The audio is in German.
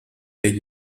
der